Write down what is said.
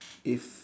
if